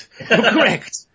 correct